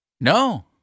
No